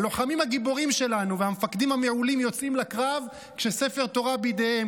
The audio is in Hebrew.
הלוחמים הגיבורים שלנו והמפקדים המעולים יוצאים לקרב כשספר תורה בידיהם,